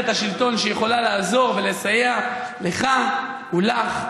השלטון שיכולה לעזור ולסייע לך ולך,